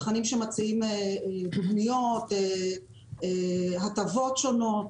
תכנים שמציעים הטבות שונות,